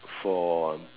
for